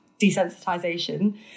desensitization